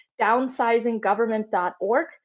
downsizinggovernment.org